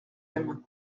aiment